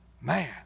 Man